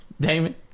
Damon